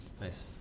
nice